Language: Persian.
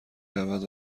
رود